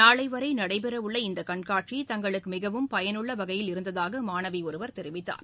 நாளை வரை நடைபெற உள்ள இந்த கண்காட்சி தங்களுக்கு மிகவும் பயனுள்ள வகையில் இருந்ததாக மாணவி ஒருவர் தெரிவித்தார்